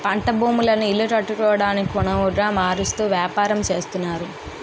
పంట భూములను ఇల్లు కట్టుకోవడానికొనవుగా మారుస్తూ వ్యాపారం చేస్తున్నారు